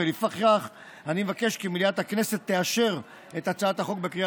ולפיכך אני מבקש כי מליאת הכנסת תאשר את החוק בקריאה